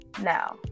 Now